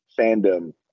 fandom